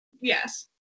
Yes